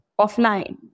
offline